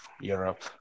Europe